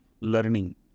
learning